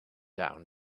down